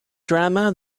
drama